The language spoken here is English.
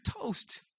toast